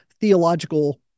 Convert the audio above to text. theological